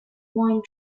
wine